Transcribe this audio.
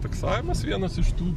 taksavimas vienas iš tų